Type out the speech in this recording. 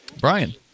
Brian